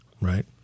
Right